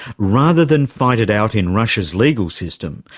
rather than fight it out in russia's legal system,